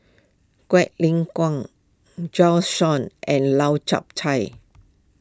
Quek Ling Kiong Bjorn Shen and Lau Chiap Khai